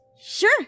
Sure